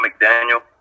McDaniel